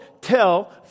tell